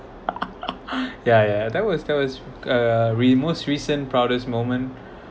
yeah yeah that was that was uh re~ most recent proudest moment